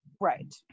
Right